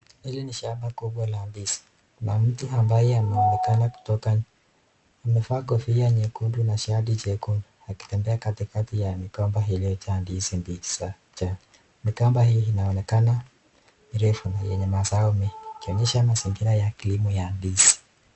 Hili ni shamba kubwa la ndizi, na mtu ambaye anaonekana kutoka amevaa kofia nyekundu na shati Jekundu, akitembea katikati ya mikomba iliyojaa ndizi mbichi zilizojaa. Mikomba hii inaonekana mirefu na yenye mazao mengi, ikionyesha mazingira ya kilimo ya ndizi.